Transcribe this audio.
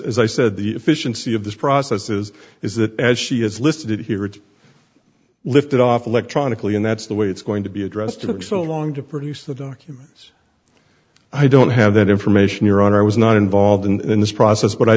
as i said the efficiency of this process is is that as she is listed here it's lifted off electronically and that's the way it's going to be addressed to them so long to produce the documents i don't have that information your honor i was not involved in this process but i